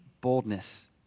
boldness